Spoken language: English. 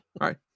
right